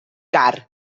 car